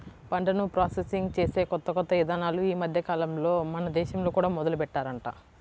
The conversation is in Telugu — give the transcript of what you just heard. పంటను ప్రాసెసింగ్ చేసే కొత్త కొత్త ఇదానాలు ఈ మద్దెకాలంలో మన దేశంలో కూడా మొదలుబెట్టారంట